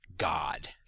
God